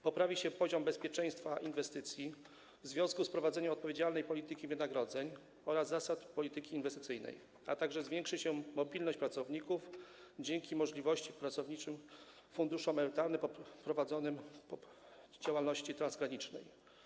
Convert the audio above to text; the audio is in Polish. Poprawi się poziom bezpieczeństwa inwestycji w związku z wprowadzeniem odpowiedniej polityki wynagrodzeń oraz zasad polityki inwestycyjnej, a także zwiększy się mobilność pracowników dzięki umożliwieniu pracowniczym funduszom emerytalnym prowadzenia działalności transgranicznej.